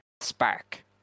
spark